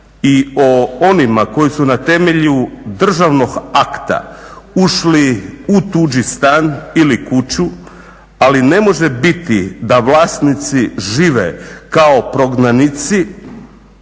i o onima koji su na temelju državnog akta ušli u tuđi stan ili kuću, ali ne može biti da vlasnici žive kao prognanici